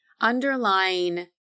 underlying